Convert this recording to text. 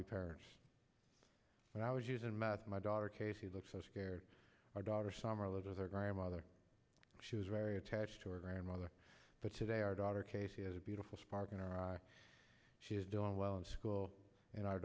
be parents when i was using math my daughter casey looks so scared our daughter summer lived with her grandmother she was very attached to her grandmother but today our daughter katie is a beautiful spark in our she is doing well in school and